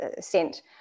sent